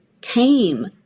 tame